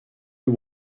you